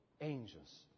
angels